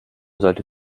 sollte